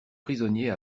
prisonniers